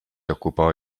occupò